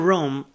Rome